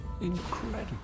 Incredible